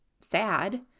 sad